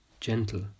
gentle